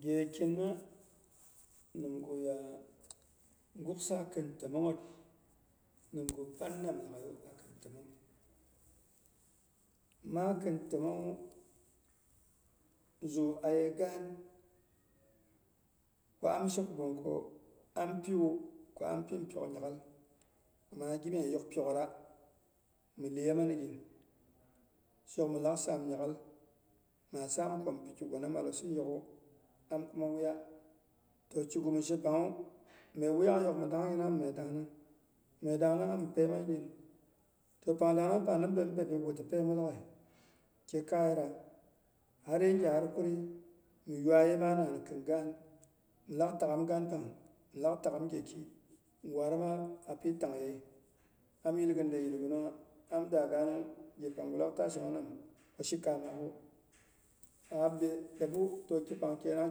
Gyekinna nimguya guksa khin təmong ngyita ningwu pannam laghaiyu akin təmongnyit. Maa kɨn təmong zuu aye gaan ko amsheko bunko ampiwu ko am pinpyok nya'ghal am gimye yok pyokghera mi lyema migɨn shok milak sam nya'ghal. Maa samko mipi kiguna malosin yok'ghu, am kuma wuya. Toh kigu mishe pangnwu, me wuyak yokmi dangina medangnang. Mye dangnang ami pyemanyin pang dangnang pang nimbei mi pyepyei gu ti pyem miginu laghai, kye kayara har yinghe har kuri mi yuaiyima naan kɨn gaan. Mɨlak taghim gaan, milak taghiru gheki, mɨ warima api tangyei am yilgin dei yilgɨnungha. Am da gaanu, ghe pangu laak ta shenong nam ko shikamaakgwu, abiye dopbu toh kipang kenang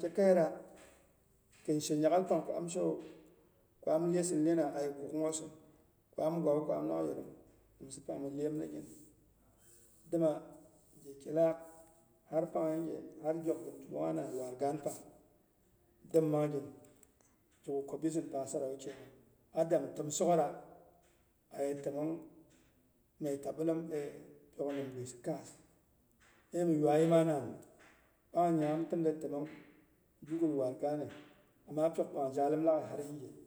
kyekaiyera kɨn she nya'ghal pang ko am shewu, ku am lyesin lyena aye kuk'gh nghosin ko am gwawu ko am lak yerong, nimsa pang mi lyem migin dima gyeki laak, har pang yinghe har gyoknyin tullungha nan war gaan pang, dimma mangnyin. kigu ko bizin pasarawu kgang, a dang mi təm tsokgera aye təmong mye tabilem pyok nim gwisi kaa, emi yuai yima nan, pang nya am təmdetemong bigul waad ghaane ama pyokpang zhalim laghai har yinghe.